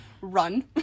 Run